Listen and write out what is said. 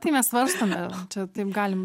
tai mes svarstome čia taip galim